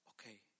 okay